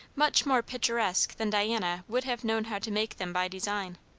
much more picturesque than diana would have known how to make them by design.